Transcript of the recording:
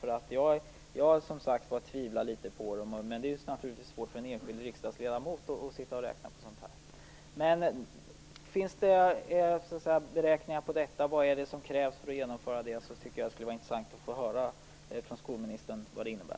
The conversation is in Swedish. Jag tvivlar som sagt litet på dem, men det är naturligtvis svårt för en enskild riksdagsledamot att räkna på sådant här. Finns det alltså beräkningar på vad det är som krävs för att genomföra detta tycker jag att det skulle vara intressant att få höra av skolministern vad det innebär.